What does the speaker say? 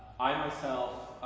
i, myself,